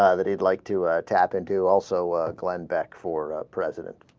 ah that he'd like to ah. tap into also ah. climbed back for a president